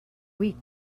weak